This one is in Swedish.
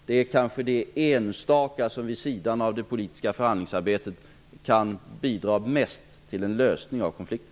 Det kanske är den enstaka insats som vid sidan av det politiska förhandlingsarbetet kan bidra mest till en lösning av konflikten.